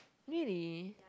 really